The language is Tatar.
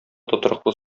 тотрыклы